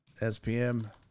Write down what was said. SPM